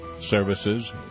services